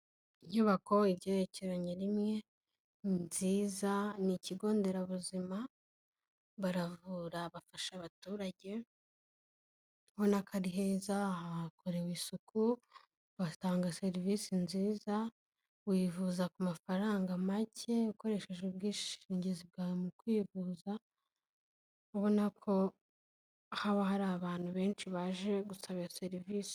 Inyubako ibyerekeranye rimwe nziza, ni ikigo nderabuzima baravura bafasha abaturage urabona ko ari heza hakorewe isuku batanga serivisi nziza, wivuza ku mafaranga make ukoresheje ubwishingizi bwawe mu kwivuza, ubona ko haba hari abantu benshi baje gusaba serivisi.